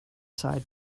side